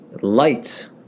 light